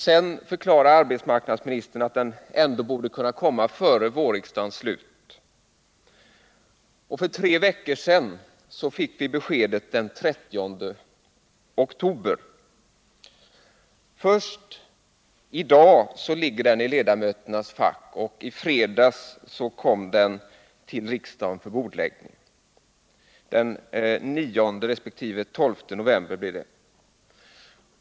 Sedan förklarade arbetsmarknadsministern att den borde kunna avlämnas före vårriksdagens slut. För tre veckor sedan fick vi beskedet den 30 oktober. Först i fredags kom den till riksdagen för bordläggning och inte förrän i dag ligger den i ledamöternas fack. Det blir den 9 resp. den 12 november.